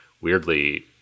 weirdly